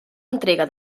entrega